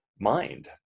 mind